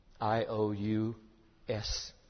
I-O-U-S